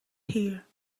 here